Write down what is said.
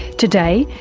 today,